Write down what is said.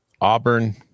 Auburn